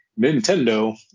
Nintendo